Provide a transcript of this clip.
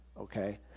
Okay